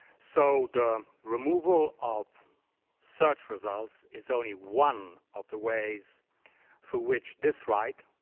so the removal of search results is only one of the ways through which this right,